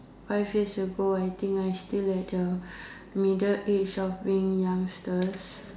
five years ago I think I still at the middle age of being young still